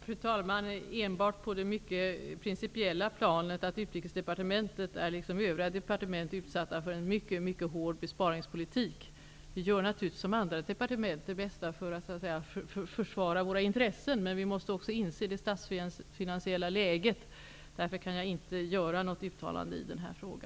Fru talman! Enbart på det mycket principiella planet, att Utrikesdepartementet liksom övriga departement är utsatt för en mycket hård besparingspolitik. Vi gör naturligtvis, som andra departement, det bästa för att försvara våra intressen. Men vi måste också inse det statsfinansiella läget. Därför kan jag inte göra något uttalande i denna fråga.